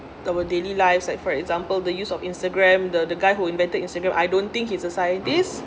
our daily lives like for example the use of instagram the the guy who invented in similar I don't think he's a scientist